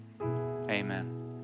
Amen